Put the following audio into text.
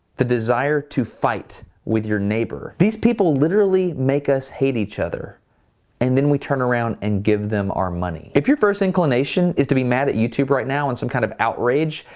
the desire to fight with your neighbor. these people literally make us hate each other and then we turn around and give them our money. if your first inclination is to be mad at youtube right now and some kind of outrage,